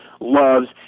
loves